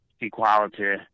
equality